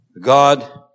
God